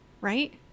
Right